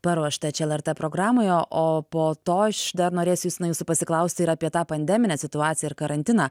paruošta čia lrt programoje o po to aš dar norėsiu justinai jūsų pasiklausti ir apie tą pandeminę situaciją ir karantiną